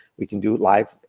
we can do it live,